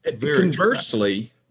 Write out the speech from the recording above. Conversely